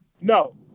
No